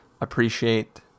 appreciate